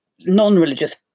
non-religious